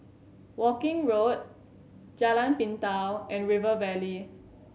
Woking Road Jalan Pintau and River Valley